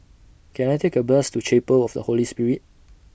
Can I Take A Bus to Chapel of The Holy Spirit